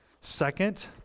Second